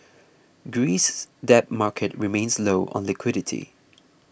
Greece's debt market remains low on liquidity